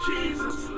Jesus